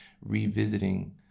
revisiting